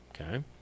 okay